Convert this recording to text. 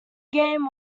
game